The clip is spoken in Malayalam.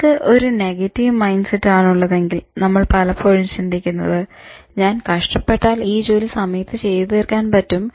നമുക്ക് ഒരു നെഗറ്റീവ് മൈൻഡ് സെറ്റ് ആണുള്ളതെങ്കിൽ നമ്മൾ പലപ്പോഴും ചിന്തിക്കുന്നത് "ഞാൻ കഷ്ടപെട്ടാൽ ഈ ജോലി സമയത്ത് ചെയ്ത് തീർക്കാൻ പറ്റും